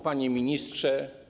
Panie Ministrze!